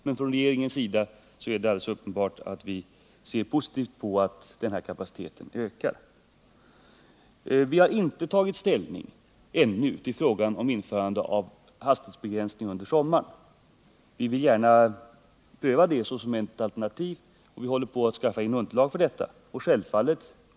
Men det är uppenbart att vi från regeringens sida ser positivt på att denna kapacitet ökar. Vi har ännu inte tagit ställning till frågan om införande av hastighetsbegränsning under sommaren. Vi vill gärna pröva detta såsom ett alternativ, och vi håller på att skaffa in underlag för detta.